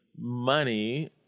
money